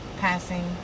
passing